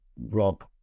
rob